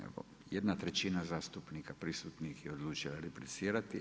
Evo jedna trećina zastupnika prisutnih je odlučila replicirati.